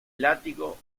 látigo